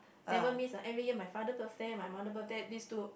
never miss ah my father birthday and my mother birthday these two